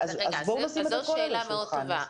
בואו נשים את הכול על השולחן.